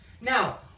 Now